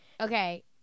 Okay